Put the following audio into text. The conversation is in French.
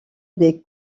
des